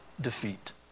defeat